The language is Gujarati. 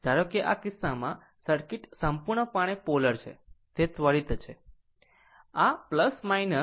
ધારો કે આ કિસ્સામાં સર્કિટ સંપૂર્ણપણે પોલર છે તે ત્વરિત છે